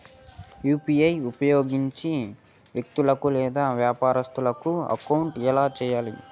UPI ఉపయోగించి వ్యక్తులకు లేదా వ్యాపారస్తులకు అమౌంట్ ఎలా వెయ్యాలి